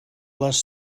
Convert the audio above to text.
les